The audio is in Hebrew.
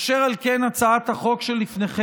אשר על כן, הצעת החוק שלפניכם